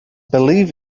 believe